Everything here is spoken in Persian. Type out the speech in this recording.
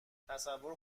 تصور